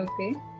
okay